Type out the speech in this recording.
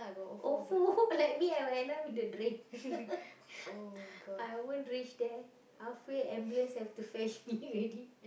old folk like me I will end up in a drain I won't race there half way ambulance have to fetch me already